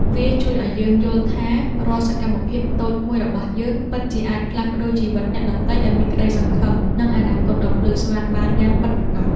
វាជួយឱ្យយើងយល់ថារាល់សកម្មភាពតូចមួយរបស់យើង ពិតជាអាចផ្លាស់ប្តូរជីវិតអ្នកដទៃឱ្យមានក្ដីសង្ឃឹម និងអនាគតដ៏ភ្លឺស្វាងបានយ៉ាងពិតប្រាកដ។